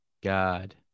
God